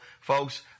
Folks